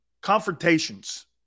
confrontations